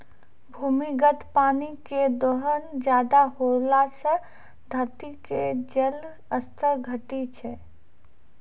भूमिगत पानी के दोहन ज्यादा होला से धरती के जल स्तर घटै छै